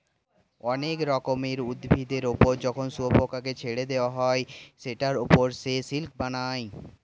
অনেক রকমের উভিদের ওপর যখন শুয়োপোকাকে ছেড়ে দেওয়া হয় সেটার ওপর সে সিল্ক বানায়